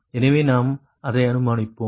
எனவே நாம் அதை அனுமானிப்போம்